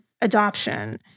adoption